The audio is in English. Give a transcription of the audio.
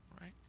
Right